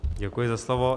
Děkuji za slovo.